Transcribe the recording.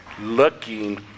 looking